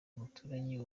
umuturanyi